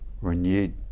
renewed